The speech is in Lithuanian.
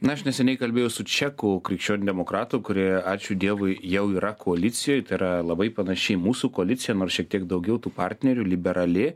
na aš neseniai kalbėjau su čekų krikščioniu demokratu kurie ačiū dievui jau yra koalicijoj tai yra labai panaši į mūsų koaliciją nors šiek tiek daugiau tų partnerių liberali